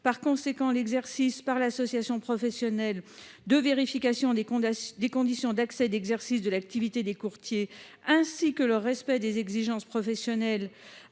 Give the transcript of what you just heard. Par conséquent, l'exercice par l'association professionnelle de la vérification des conditions d'accès d'exercice de l'activité des courtiers, ainsi que le respect des exigences professionnelles